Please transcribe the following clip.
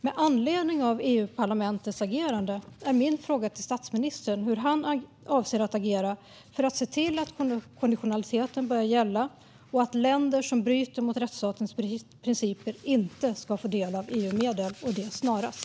Med anledning av EU-parlamentets agerande är min fråga: Hur avser statsministern att agera för att se till att konditionaliteten börjar gälla och att länder som bryter mot rättsstatens principer inte ska få del av EU-medel och det snarast?